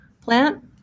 plant